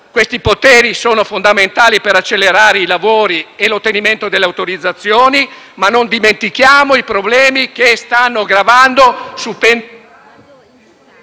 questi poteri fondamentali per accelerare i lavori e l’ottenimento delle autorizzazioni, ma non dimentichiamo i problemi che stanno gravando sui